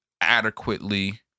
adequately